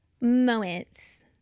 moments